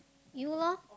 you loh